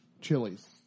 chilies